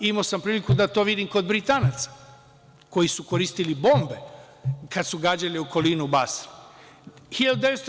Imao sam priliku da to vidim kod Britanaca koji su koristili bombe kada su gađali okolinu baze.